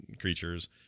creatures